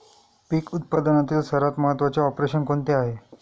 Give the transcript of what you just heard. पीक उत्पादनातील सर्वात महत्त्वाचे ऑपरेशन कोणते आहे?